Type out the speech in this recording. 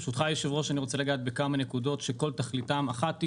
ברשותך היושב ראש אני רוצה לגעת בכמה נקודות שכל תכליתן אחת היא,